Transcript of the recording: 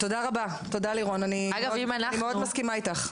תודה רבה, אני מסכימה איתך.